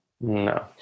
No